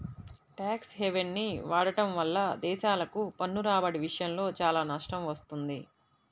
tax హెవెన్ని వాడటం వల్ల దేశాలకు పన్ను రాబడి విషయంలో చాలా నష్టం వస్తుంది